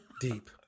Deep